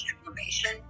information